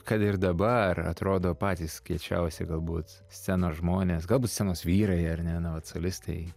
kad ir dabar atrodo patys kiečiausi galbūt scenos žmonės galbūt scenos vyrai ar ne na vat solistai